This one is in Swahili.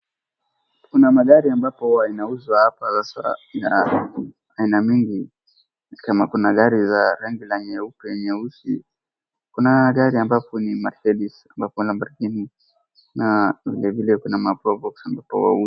Kuna magari ambapo huwa inauzwa hapa za aina mingi kama kuna gari la nyeupe, nyeusi. Kuna gari ambapo ni mercedes na vile vile kuna maprobox ambapo.